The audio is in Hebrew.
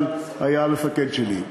אני מהסיירת.